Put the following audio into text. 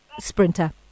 sprinter